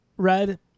red